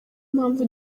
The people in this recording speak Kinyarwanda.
mpamvu